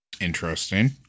Interesting